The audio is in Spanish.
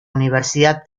universidad